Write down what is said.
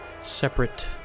separate